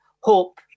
hope